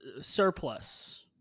surplus